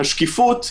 השקיפות,